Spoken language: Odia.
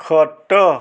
ଖଟ